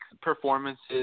performances